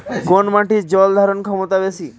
কোন মাটির জল ধারণ ক্ষমতা বেশি?